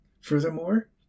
Furthermore